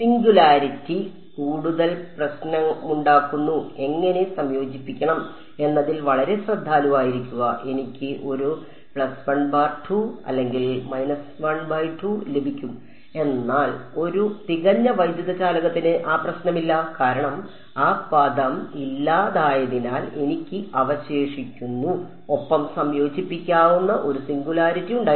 singularity കൂടുതൽ പ്രശ്നമുണ്ടാക്കുന്നു എങ്ങനെ സംയോജിപ്പിക്കണം എന്നതിൽ വളരെ ശ്രദ്ധാലുവായിരിക്കുക എനിക്ക് ഒരു അല്ലെങ്കിൽലഭിക്കും എന്നാൽ ഒരു തികഞ്ഞ വൈദ്യുത ചാലകത്തിന് ആ പ്രശ്നമില്ല കാരണം ആ പദം ഇല്ലാതായതിനാൽ എനിക്ക് അവശേഷിക്കുന്നു ഒപ്പം സംയോജിപ്പിക്കാവുന്ന ഒരു സിംഗുലാരിറ്റി ഉണ്ടായിരുന്നു